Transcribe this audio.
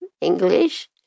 English